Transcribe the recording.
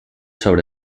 sobre